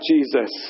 Jesus